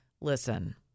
Listen